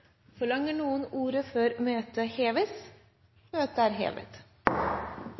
Forlanger noen ordet før møtet heves? – Møtet er hevet.